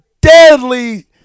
deadly